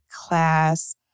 class